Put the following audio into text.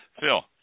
Phil